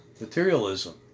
Materialism